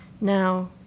Now